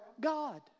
God